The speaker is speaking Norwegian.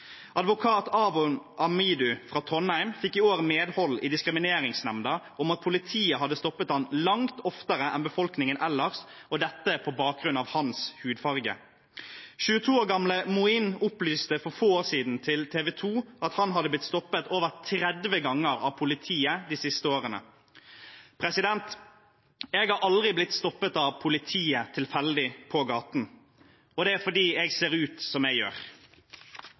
Advokat Awon Amidu fra Trondheim fikk i år medhold i Diskrimineringsnemnda i at politiet hadde stoppet ham langt oftere enn befolkningen ellers, og at dette var på bakgrunn av hans hudfarge. 22 år gamle Moin opplyste for få år siden til TV 2 at han hadde blitt stoppet over 30 ganger av politiet de siste årene. Jeg er aldri blitt stoppet av politiet tilfeldig på gaten, og det er fordi jeg ser ut som jeg gjør.